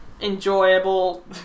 enjoyable